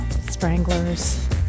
Stranglers